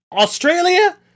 Australia